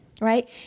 right